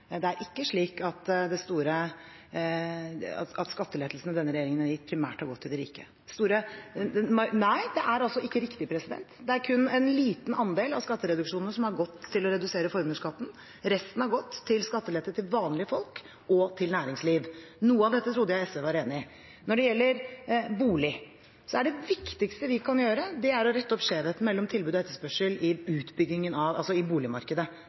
Det er ikke slik at skattelettelsene denne regjeringen har gitt, primært har gått til de rike – det er ikke riktig. Det er kun en liten andel av skattereduksjonene som har gått til å redusere formuesskatten, resten har gått til skattelette til vanlige folk og til næringsliv. Noe av dette trodde jeg SV var enig i. Når det gjelder bolig, er det viktigste vi kan gjøre, å rette opp skjevheten mellom tilbud og etterspørsel i boligmarkedet. Det har vært bygget for lite, og det har den regjeringen SV satt i,